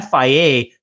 FIA